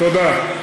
תודה.